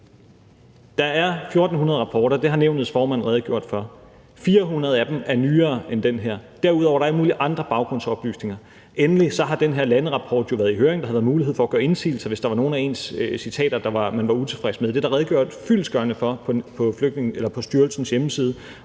Der er 1.400 rapporter. Det har nævnets formand redegjort for. 400 af dem er nyere end den her. Derudover er der alle mulige andre baggrundsoplysninger. Endelig har den her landerapport jo været i høring. Der har været mulighed for at gøre indsigelse, hvis der var nogen af ens citater, man var utilfreds med. Det er der redegjort fyldestgørende for på styrelsens hjemmeside,